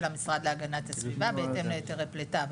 המשרד להגנת הסביבה בהתאם להיתרי פלטה.